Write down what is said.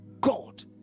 God